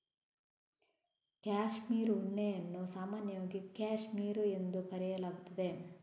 cashmere ಉಣ್ಣೆಯನ್ನು ಸಾಮಾನ್ಯವಾಗಿ cashmere ಎಂದು ಕರೆಯಲಾಗುತ್ತದೆ